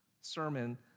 sermon